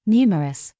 Numerous